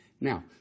Now